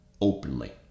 openly